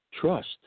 trust